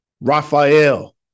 Raphael